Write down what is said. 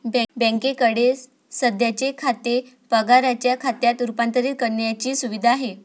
बँकेकडे सध्याचे खाते पगाराच्या खात्यात रूपांतरित करण्याची सुविधा आहे